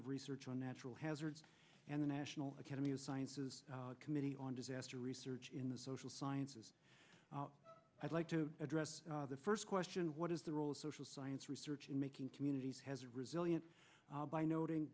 of research on natural hazards and the national academy of sciences committee on disaster research in the social sciences i'd like to address the first question what is the role of social science research in making communities has a resilient by noting